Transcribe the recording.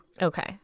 Okay